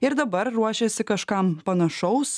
ir dabar ruošiasi kažkam panašaus